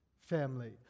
family